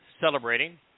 celebrating